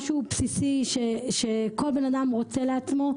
משהו בסיסי, שכל בן אדם רוצה לעצמו.